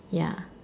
ya